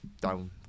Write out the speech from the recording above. down